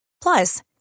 Plus